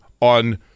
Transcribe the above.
on